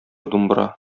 думбра